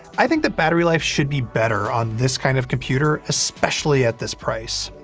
i think the battery life should be better on this kind of computer, especially at this price.